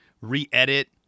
re-edit